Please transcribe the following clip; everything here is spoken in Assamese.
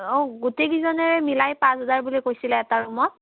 অঁ গোটেই কেইজনৰে মিলাই পাঁচ হেজাৰ বুলি কৈছিলে এটা ৰূমত